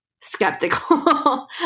skeptical